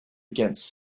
against